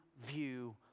view